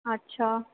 अच्छा